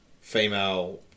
female